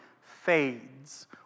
fades